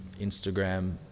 instagram